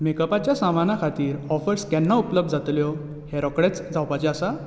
मेकपाचे सामाना खातीर ऑफर्स केन्ना उपलब्ध जातल्यो हें रोखडेंच जावपाचें आसा